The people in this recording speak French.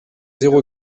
zéro